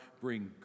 bring